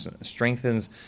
strengthens